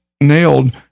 nailed